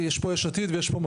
רוויזיה, כמובן.